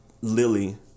Lily